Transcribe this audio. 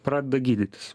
pradeda gydytis